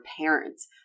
parents